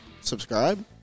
Subscribe